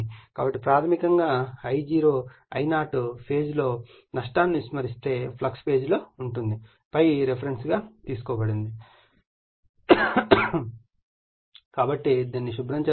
కాబట్టి ప్రాథమికంగా I0 phase లో నష్టాన్ని విస్మరిస్తే ఫ్లక్స్ ∅ ఫేజ్ లో ఉంటుంది ∅ రిఫరెన్స్ గా తీసుకోబడింది కాబట్టి దానిని శుభ్రం చేద్దాం